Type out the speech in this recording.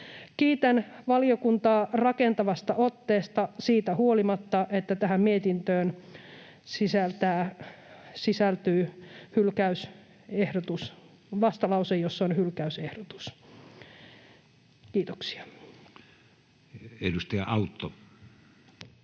Kiitän valiokuntaa rakentavasta otteesta siitä huolimatta, että tähän mietintöön sisältyy vastalause, jossa on hylkäysehdotus. — Kiitoksia. [Speech 125]